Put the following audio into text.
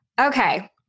Okay